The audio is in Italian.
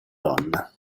donna